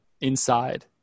inside